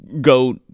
go